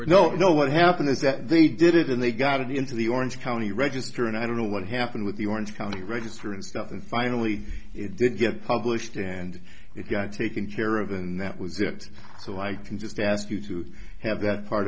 were no no what happened is that they did it and they got it into the orange county register and i don't know what happened with the orange county register and stuff and finally it did get published and it got taken care of and that was it so i can just ask you to have that part